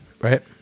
right